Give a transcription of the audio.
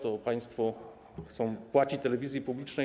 To państwo chcą płacić telewizji publicznej.